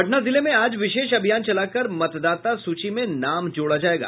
पटना जिले में आज विशेष अभियान चलाकर मतदाता सूची में नाम जोड़ा जायेगा